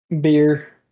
Beer